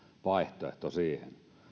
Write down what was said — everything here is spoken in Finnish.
vaihtoehto siihen